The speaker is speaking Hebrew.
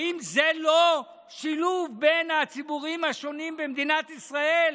האם זה לא שילוב בין הציבורים השונים במדינת ישראל,